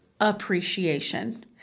appreciation